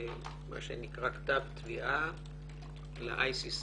מה שנקרא כתב תביעה ל-ICC,